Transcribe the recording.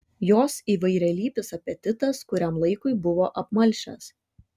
jos įvairialypis apetitas kuriam laikui buvo apmalšęs